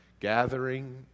Gathering